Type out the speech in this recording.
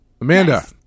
Amanda